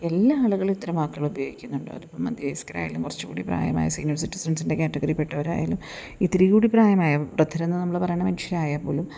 എല്ലാ ആളുകളും ഇത്തരം വാക്കുകള് ഉപയോഗിക്കുന്നുണ്ട് അതിപ്പം മധ്യവയസ്കരായാലും കുറച്ചുംകൂടി പ്രായമായ സീനിയർ സിറ്റിസൺസിൻ്റെ കാറ്റഗറിയിൽ പെട്ടവരായാലും ഇത്തിരി കൂടി പ്രായമായ ഭദ്രാം എന്ന് നമ്മള് പറയണ മനുഷ്യരായാൽ പോലും